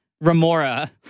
Remora